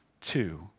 two